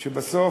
שבסוף,